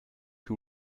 who